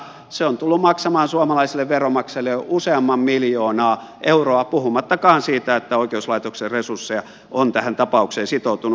se on tullut maksamaan suomalaisille veronmaksajille jo useamman miljoonaa euroa puhumattakaan siitä että oikeuslaitoksen resursseja on tähän tapaukseen sitoutunut